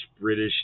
British